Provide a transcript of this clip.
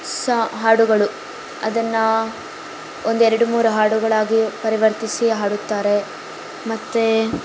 ಹೊಸ ಹಾಡುಗಳು ಅದನ್ನು ಒಂದೆರಡು ಮೂರು ಹಾಡುಗಳಾಗೇ ಪರಿವರ್ತಿಸಿ ಹಾಡುತ್ತಾರೆ ಮತ್ತು